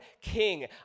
king